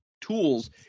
Tools